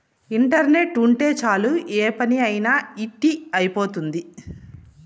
internet ఉంటే చాలు ఏ పని అయినా ఇట్టి అయిపోతుంది